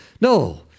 no